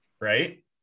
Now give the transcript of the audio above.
Right